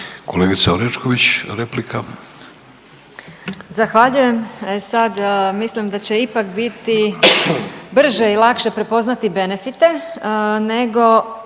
i prezimenom)** Zahvaljujem. E sad, mislim da će ipak biti brže i lakše prepoznati benefite nego